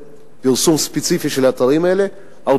שפרסום ספציפי של האתרים האלה לא תורם.